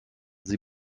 sie